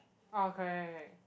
orh correct correct correct